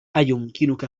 أيمكنك